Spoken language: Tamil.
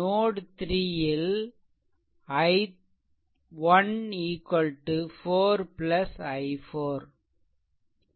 நோட் 3 ல் i1 4 i4